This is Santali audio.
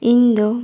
ᱤᱧ ᱫᱚ